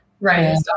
right